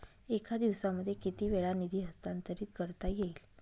एका दिवसामध्ये किती वेळा निधी हस्तांतरीत करता येईल?